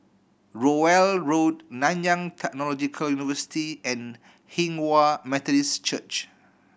Rowell Road Nanyang Technological University and Hinghwa Methodist Church